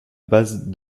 bases